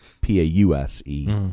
P-A-U-S-E